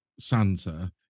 Santa